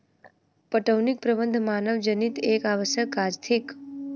पटौनीक प्रबंध मानवजनीत एक आवश्यक काज थिक